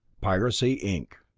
piracy, inc.